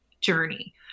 journey